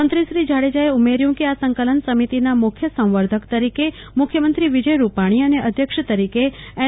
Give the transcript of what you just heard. મંત્રીશ્રી જાડેજાએ ઉમેર્યું કે આ સંકલન સમિતિના મુખ્ય સંવર્ધક તરીકે મુખ્યમંત્રી વિજયભાઈ રૂપાણી અને અધ્યક્ષ તરીકે એન